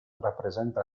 rappresenta